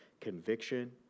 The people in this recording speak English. conviction